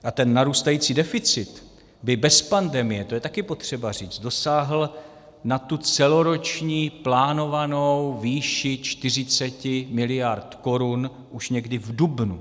A narůstající deficit by bez pandemie, to je taky potřeba říct, dosáhl na celoroční plánovanou výši 40 miliard korun už někdy v dubnu.